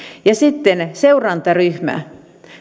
ja sitten seurantaryhmä